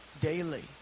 daily